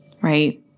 right